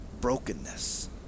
brokenness